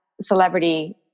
celebrity